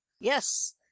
Yes